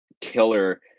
killer